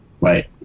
Wait